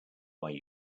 why